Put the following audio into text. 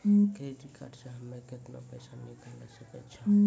Credit card से हम्मे केतना पैसा निकाले सकै छौ?